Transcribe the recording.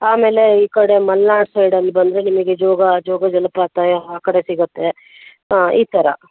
ಆಮೇಲೆ ಈ ಕಡೆ ಮಲ್ನಾಡು ಸೈಡಲ್ಲಿ ಬಂದರೆ ನಿಮಗೆ ಜೋಗ ಜೋಗ ಜಲಪಾತ ಆ ಕಡೆ ಸಿಗುತ್ತೆ ಈ ಥರ